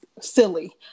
silly